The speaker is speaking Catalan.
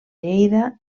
lleida